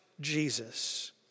Jesus